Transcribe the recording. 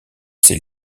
sait